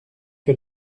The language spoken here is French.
que